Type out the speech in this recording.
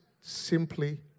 simply